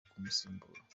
kumusimbura